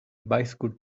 bicycle